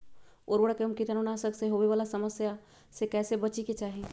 उर्वरक एवं कीटाणु नाशक से होवे वाला समस्या से कैसै बची के चाहि?